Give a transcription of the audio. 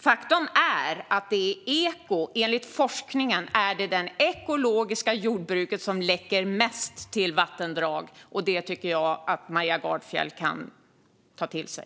Faktum är att det är det ekologiska jordbruket som enligt forskningen läcker mest till vattendrag. Det tycker jag att Maria Gardfjell kan ta till sig.